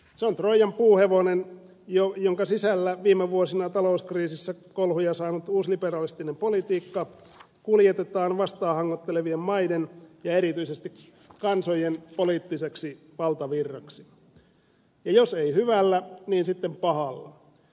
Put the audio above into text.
se on troijan puuhevonen jonka sisällä viime vuosina talouskriisissä kolhuja saanut uusliberalistinen politiikka kuljetetaan vastaan hangoittelevien maiden ja erityisesti kansojen poliittiseksi valtavirraksi ja jos ei hyvällä niin sitten pahalla